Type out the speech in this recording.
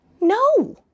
No